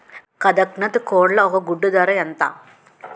కదక్నత్ కోళ్ల ఒక గుడ్డు ధర ఎంత?